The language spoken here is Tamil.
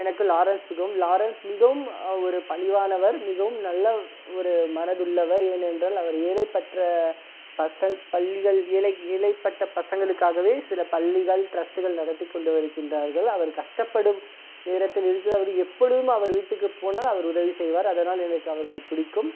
எனக்கு லாரன்ஸ் பிடிக்கும் லாரன்ஸ் மிகவும் ஒரு பணிவானவர் மிகவும் நல்ல ஒரு மனதுள்ளவர் ஏனென்றால் அவர் ஏழைப்பற்ற பச பள்ளிகள் ஏழை ஏழைப்பட்ட பசங்களுக்காகவே சில பள்ளிகள் டிரஸ்ட்டுகள் நடத்திக்கொண்டு வருக்கின்றார்கள் அவர் கஷ்டப்படும் நேரத்தில் இருக்கிறவர்கள் எப்பொழுதும் அவர் வீட்டுக்கு போனால் அவர் உதவி செய்வார் அதனால் எனக்கு அவர்கள் பிடிக்கும்